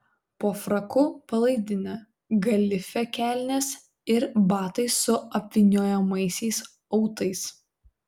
po fraku palaidinė galifė kelnės ir batai su apvyniojamaisiais autais